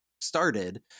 started